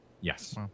yes